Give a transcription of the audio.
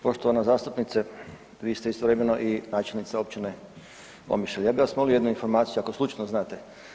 Poštovana zastupnice, vi ste istovremeno i načelnice Općine Omišlja, ja bih vas molio jednu informaciju ako slučajno znate.